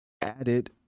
added